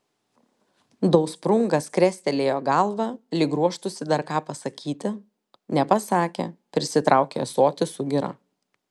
dausprungas krestelėjo galvą lyg ruoštųsi dar ką pasakyti nepasakė prisitraukė ąsotį su gira